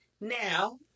Now